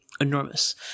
enormous